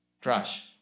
trash